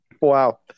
Wow